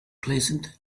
pleasant